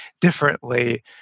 differently